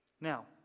Now